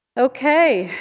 okay.